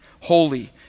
holy